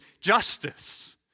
justice